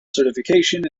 certification